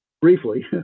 briefly